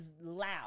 loud